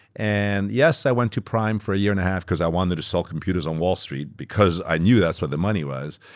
and yes, i went to prime for a year-and-a-half because i wanted to sell computers on wall street because i knew thataeurs where the money was,